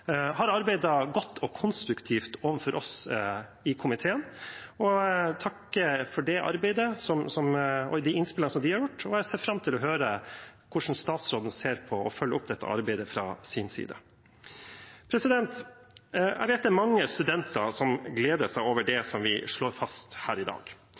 har arbeidet godt og konstruktivt overfor oss i komiteen. Jeg takker for det arbeidet og de innspillene de har gitt, og jeg ser fram til å høre hvordan statsråden ser på og følger opp dette arbeidet fra sin side. Jeg vet det er mange studenter som gleder seg over det som vi slår fast her i dag.